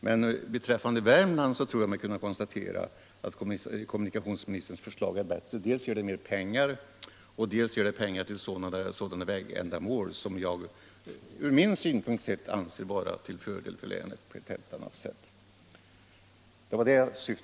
Men beträffande Värmland tror jag mig kunna konstatera att kommunikationsministerns förslag är bättre: dels ger det mer pengar, dels ger det pengar till sådana vägändamål som jag anser vara till större fördel för länet.